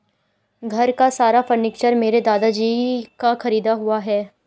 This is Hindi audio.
घर का सारा फर्नीचर मेरे दादाजी का खरीदा हुआ है